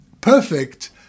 perfect